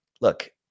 look